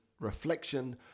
reflection